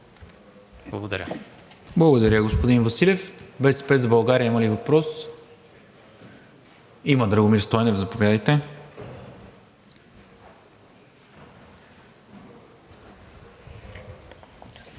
МИНЧЕВ: Благодаря, господин Василев. „БСП за България“ има ли въпрос? Има – Драгомир Стойнев, заповядайте.